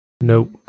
nope